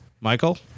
Michael